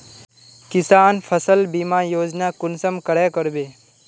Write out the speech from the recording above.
किसान फसल बीमा योजना कुंसम करे करबे?